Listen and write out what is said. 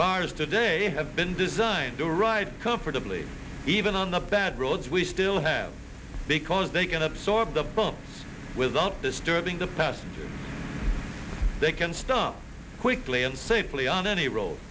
cars today have been designed to ride comfortably even on the bad roads we still have because they can absorb the phone without disturbing the passengers they can stop quickly and safely on any ro